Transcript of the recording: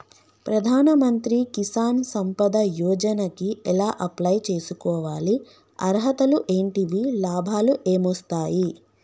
ప్రధాన మంత్రి కిసాన్ సంపద యోజన కి ఎలా అప్లయ్ చేసుకోవాలి? అర్హతలు ఏంటివి? లాభాలు ఏమొస్తాయి?